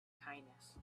kindness